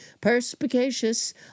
perspicacious